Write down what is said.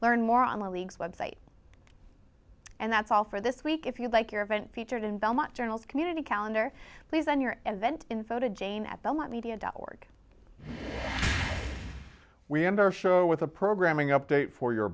learn more on the league's website and that's all for this week if you like your event featured in belmont journal's community calendar please on your event info to jane at belmont media dot org we end our show with a programming update for your